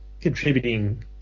contributing